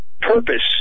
purpose